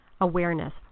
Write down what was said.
awareness